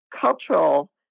cultural